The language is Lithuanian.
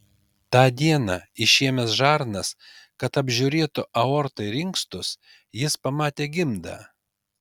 tą dieną išėmęs žarnas kad apžiūrėtų aortą ir inkstus jis pamatė gimdą